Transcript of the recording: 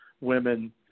women